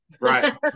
Right